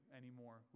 anymore